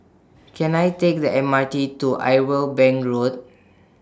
Can I Take The M R T to Irwell Bank Road